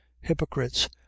hypocrites